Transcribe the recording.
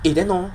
eh then hor